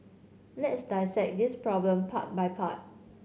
let's dissect this problem part by part